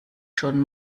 schon